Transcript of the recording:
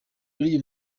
buriya